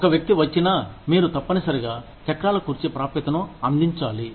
ఒక వ్యక్తి వచ్చి నా మీరు తప్పనిసరిగా చక్రాల కుర్చీ ప్రాప్యతను అందించాలి